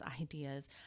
ideas